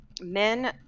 men